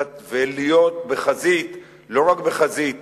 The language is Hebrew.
ולהיות בחזית, לא רק בחזית